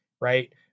right